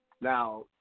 Now